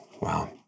Wow